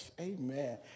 Amen